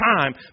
time